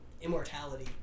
immortality